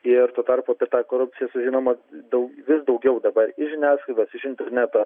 ir tuo tarpu apie tą korupciją sužinoma daug vis daugiau dabar iš žiniasklaidos iš interneto